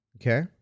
Okay